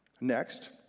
Next